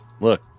look